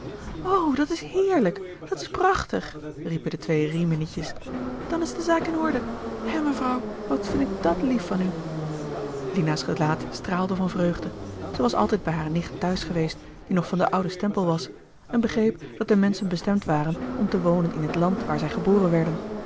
dat is heerlijk dat is prachtig riepen de twee riminietjes dan is de zaak in orde hè mevrouw wat vind ik dat lief van u lina's gelaat straalde van vreugde zij was altijd bij hare nicht t'huis geweest die nog van den ouden stempel was en begreep dat de menschen bestemd waren om te wonen in het land waar zij geboren werden